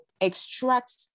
extract